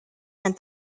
and